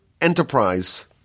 enterprise